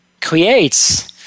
creates